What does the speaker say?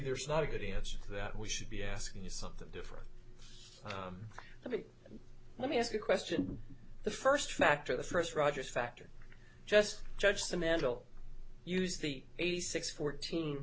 there's not a good answer to that we should be asking you something different let me let me ask the question the first factor the first rogers factor just judged the mental use the eighty six fourteen